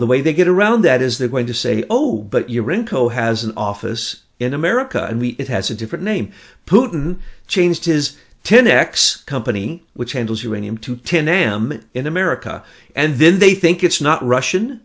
the way they get around that is they're going to say oh but you're in co has an office in america and we it has a different name putin change his ten x company which handles uranium to ten m in america and then they think it's not russian